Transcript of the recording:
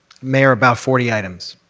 mayor, about forty items.